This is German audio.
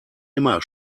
immer